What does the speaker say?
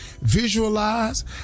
visualize